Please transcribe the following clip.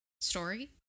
story